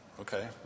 okay